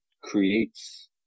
creates